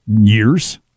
years